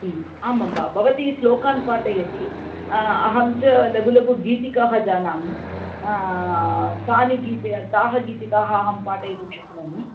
आम् अम्ब भवती श्लोकान् पाठयति अहं च लघु लघु गीतिकाः जानामि तानि गिति ताः गीतिकाः अहं पाठयितुं शक्नोमि